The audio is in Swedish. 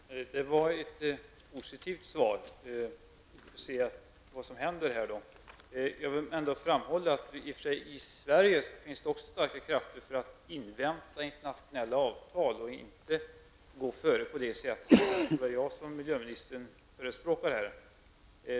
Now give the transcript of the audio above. Herr talman! Det var ett positivt svar, och vi får se vad som händer. Jag vill ändå framhålla att det även i Sverige finns starka krafter som vill invänta internationella avtal och inte gå före på det sätt som både jag och miljöministern förespråkar.